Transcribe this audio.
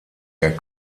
der